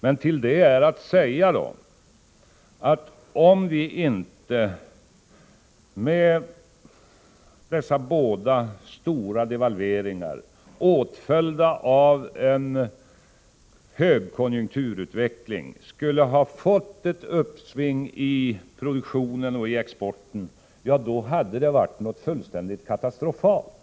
Men till det är att säga att om vi inte, med de båda stora devalveringar som företagits och som sedan åtföljts av en högkonjunkturutveckling, skulle ha fått ett uppsving i produktionen och i exporten hade det varit helt katastrofalt.